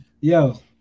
Yo